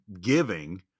giving